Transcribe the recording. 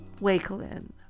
Wakelin